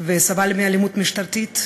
וסבל מאלימות משטרתית,